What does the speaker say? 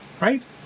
Right